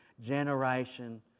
generation